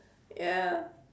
ya